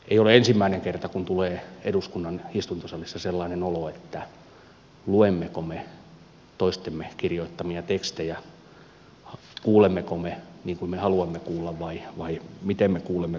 ei ole ensimmäinen kerta kun tulee eduskunnan istuntosalissa sellainen olo että luemmeko me toistemme kirjoittamia tekstejä kuulemmeko me niin kuin me haluamme kuulla vai miten me kuulemme kun puhutaan